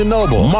Noble